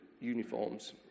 uniforms